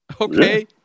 Okay